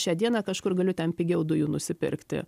šią dieną kažkur galiu ten pigiau dujų nusipirkti